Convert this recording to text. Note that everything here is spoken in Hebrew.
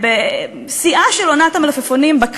כי